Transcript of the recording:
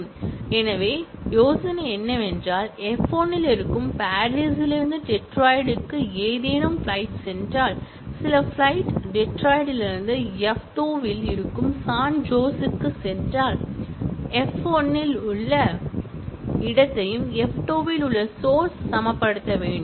எனவே யோசனை என்னவென்றால் எஃப்1 இல் இருக்கும் பாரிஸிலிருந்து டெட்ராய்டுக்கு ஏதேனும் பிளைட் சென்றால் சில பிளைட் டெட்ராய்டிலிருந்து எஃப் 2 இல் இருக்கும் சான் ஜோஸுக்குச் சென்றால் எஃப் 1 இல் உள்ள இடத்தையும் எஃப் 2 இல் உள்ள சோர்ஸ் சமப்படுத்த வேண்டும்